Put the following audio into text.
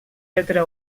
retre